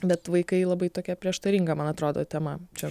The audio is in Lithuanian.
bet vaikai labai tokia prieštaringa man atrodo tema čia